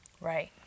Right